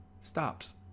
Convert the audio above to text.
stops